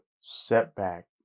setback